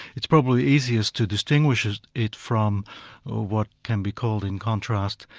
it's probably easiest to distinguish it it from what can be called in contrast,